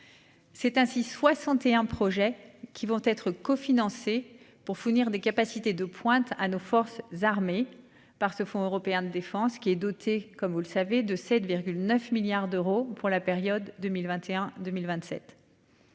C'est ainsi, 61 projets qui vont être cofinancée pour fournir des capacités de pointe à nos forces armées par ce fonds européen de défense qui est dotée comme vous le savez de 7 9 milliards d'euros pour la période 2021 2027.--